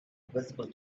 visible